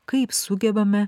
kaip sugebame